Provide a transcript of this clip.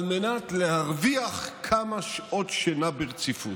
על מנת להרוויח כמה שעות שינה ברציפות.